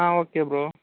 ah okay bro